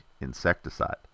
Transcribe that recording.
insecticide